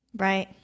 Right